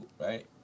right